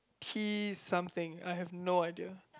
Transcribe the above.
key something I have no idea